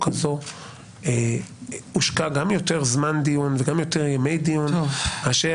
הזאת הושקעו גם יותר זמן דיון וגם יותר ימי דיון מאשר